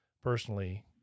personally